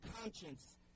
conscience